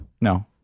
No